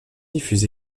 diffuse